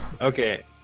Okay